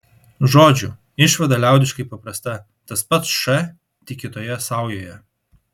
žodžiu išvada liaudiškai paprasta tas pats š tik kitoje saujoje